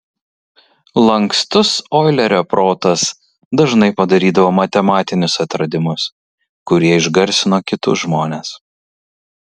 lankstus oilerio protas dažnai padarydavo matematinius atradimus kurie išgarsino kitus žmones